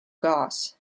goss